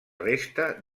resta